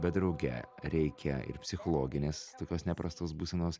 bet drauge reikia ir psichologinės tokios neprastos būsenos